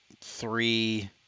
three